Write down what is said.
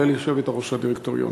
כולל היושבת-ראש של הדירקטוריון.